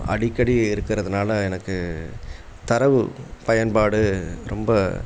அடிக்கடி இருக்கிறதுனால எனக்கு தரவு பயன்பாடு ரொம்ப